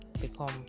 become